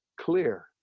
clear